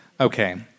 Okay